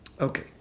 okay